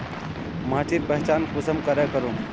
माटिर पहचान कुंसम करे करूम?